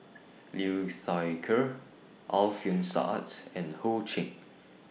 Liu Thai Ker Alfian Sa'at and Ho Ching